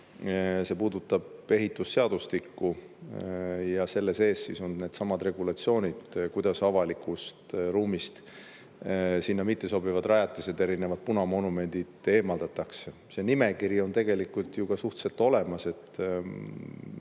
See puudutab ehitusseadustikku ja selle sees siis on needsamad regulatsioonid, kuidas avalikust ruumist sinna mitte sobivad rajatised, erinevad punamonumendid eemaldatakse. See nimekiri on tegelikult ju ka suhteliselt olemas.